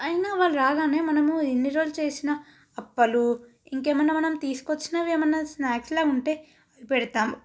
అయినా వాళ్ళు రాగానే మనము ఇన్నిరోజులు చేసిన అప్పలు ఇంకేమన్నా మనం తీసుకు వచ్చినవి ఏమన్నా స్నాక్స్లాగా ఉంటే అవి పెడతాము